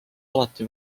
alati